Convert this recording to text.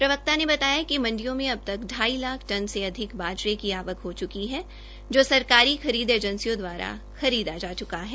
प्रवक्ता ने बताया कि मंडियों में अब तक ाई लाख टन से अधिक बाजरे की आवक हो चुकी है जो सरकारी खरीद एजेंसियों द्वारा खरीदा जा चुका है